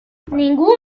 ningú